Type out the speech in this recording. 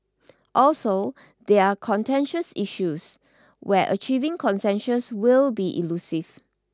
also they are contentious issues where achieving consensus will be elusive